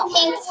Pink